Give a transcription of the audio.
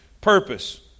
Purpose